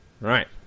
Right